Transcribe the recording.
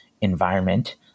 environment